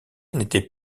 n’était